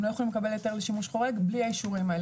הם לא יכולים לקבל היתר לשימוש חורג בלי האישורים האלה